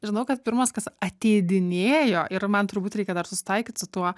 žinau kad pirmas kas ateidinėjo ir man turbūt reikia dar susitaikyt su tuo